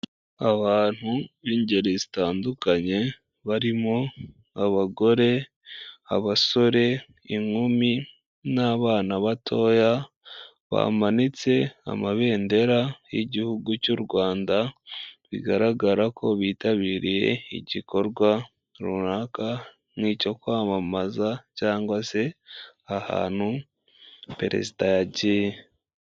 Abantu b'ingeri zitandukanye barimo abagore, abasore, inkumi n'abana batoya bamanitse amabendera y'igihugu cy'u Rwanda bigaragara ko bitabiriye igikorwa runaka nk'icyo kwamamaza cyangwa se ahantu perezida yagiye.